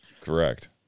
Correct